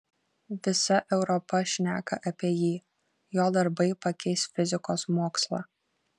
visa europa šneka apie jį jo darbai pakeis fizikos mokslą